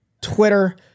twitter